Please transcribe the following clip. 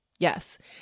Yes